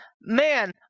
man